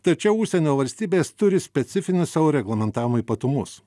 tačiau užsienio valstybės turi specifinius savo reglamentavimo ypatumus